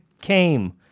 came